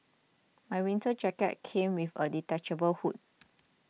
my winter jacket came with a detachable hood